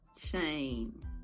chain